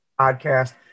podcast